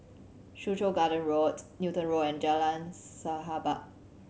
Soo Chow Garden Roads Newton Road and Jalan Sahabat